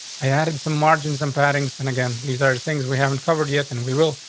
i added some margins and padding. and again, these are things we haven't covered yet and we will.